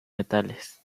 metales